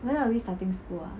when are we starting school ah